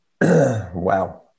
Wow